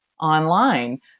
online